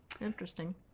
Interesting